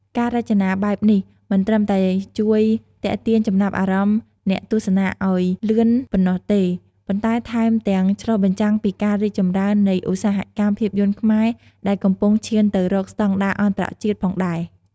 ការរចនាបែបនេះមិនត្រឹមតែជួយទាក់ទាញចំណាប់អារម្មណ៍អ្នកទស្សនាឱ្យលឿនប៉ុណ្ណោះទេ ប៉ុន្តែថែមទាំងឆ្លុះបញ្ចាំងពីការរីកចម្រើននៃឧស្សាហកម្មភាពយន្តខ្មែរដែលកំពុងឈានទៅរកស្តង់ដារអន្តរជាតិផងដែរ ។